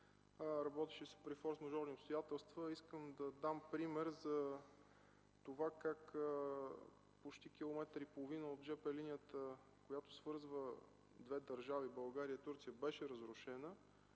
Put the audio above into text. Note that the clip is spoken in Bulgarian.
Работеше се при форсмажорни обстоятелства. Искам да дам пример за това как почти километър и половина от железопътната линия, която свързва две държави – България и Турция, беше разрушена